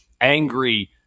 angry